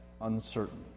uncertain